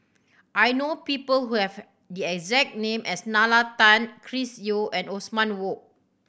I know people who have the exact name as Nalla Tan Chris Yeo and Othman Wok